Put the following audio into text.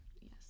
Yes